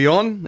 on